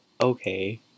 Okay